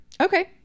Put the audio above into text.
okay